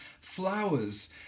flowers